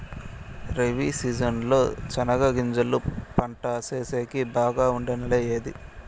Rabi season లో చెనగగింజలు పంట సేసేకి బాగా ఉండే నెల ఏది?